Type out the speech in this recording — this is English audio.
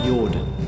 Jordan